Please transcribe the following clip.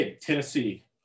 Tennessee